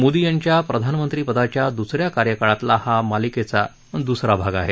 मोदी यांच्या प्रधानमंत्रीपदाच्या द्सन्या कार्यकाळातला या मालिकेचा हा द्सरा भाग आहे